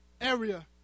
area